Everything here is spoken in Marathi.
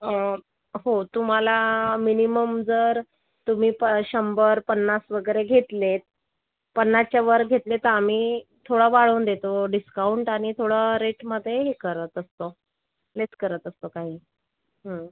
हो तुम्हाला मीनीमम जर तुम्ही क शंभर पन्नास वगैरे घेतले पन्नासच्या वर जर घेतले तर आम्ही थोडा वाढवून देतो आम्ही डिस्काउंट थोडा रेटमध्ये हे करत असतो लेस करत असतो काही